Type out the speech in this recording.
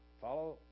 follow